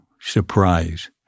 surprise